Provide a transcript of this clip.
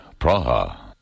Praha